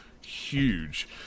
Huge